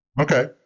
Okay